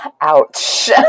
ouch